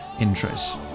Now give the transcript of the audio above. interests